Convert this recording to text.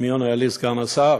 מי עונה לי, סגן השר?